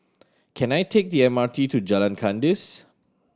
can I take the M R T to Jalan Kandis